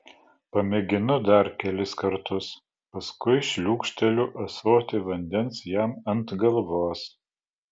pamėginu dar kelis kartus paskui šliūkšteliu ąsotį vandens jam ant galvos